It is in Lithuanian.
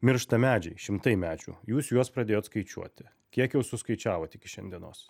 miršta medžiai šimtai medžių jūs juos pradėjot skaičiuoti kiek jau suskaičiavot iki šiandienos